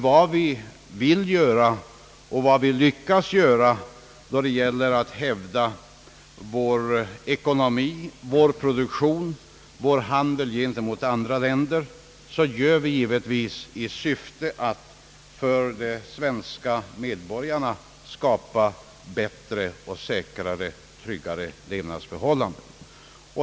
Vad vi vill göra och vad vi lyckas göra, då det gäller att hävda vår ekonomi, vår produktion och vår handel gentemot andra länder, gör vi givetvis i syfte ati för de svenska medborgarna skapa bätt re, säkrare och tryggare levnadsförhållanden.